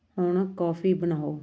ਹੁਣ ਕੌਫੀ ਬਣਾਉ